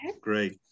Great